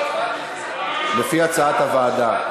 לפי הצעת הוועדה.